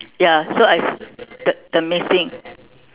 ya so I cir~ the the missing